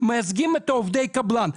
מייצגים את עובדי הקבלן,